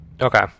Okay